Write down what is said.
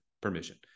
permission